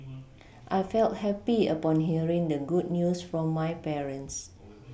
I felt happy upon hearing the good news from my parents